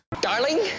darling